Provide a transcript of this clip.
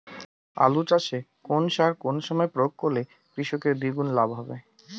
আলু চাষে কোন সার কোন সময়ে প্রয়োগ করলে কৃষকের দ্বিগুণ লাভ হবে?